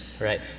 Right